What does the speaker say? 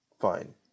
fine